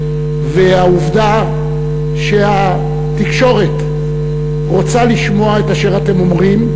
והעובדה שהתקשורת רוצה לשמוע את אשר אתם אומרים,